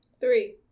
three